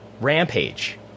Rampage